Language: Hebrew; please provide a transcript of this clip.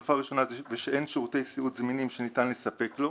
החלופה הראשונה זה שאין שירותי סיעוד זמינים שניתן לספק לו.